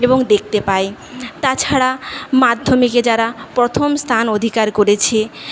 এবং দেখতে পাই তাছাড়া মাধ্যমিকে যারা প্রথম স্থান অধিকার করেছে